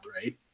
right